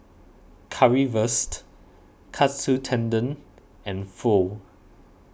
Currywurst Katsu Tendon and Pho